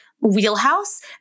wheelhouse